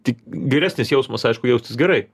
ti geresnis jausmas aišku jaustis gerai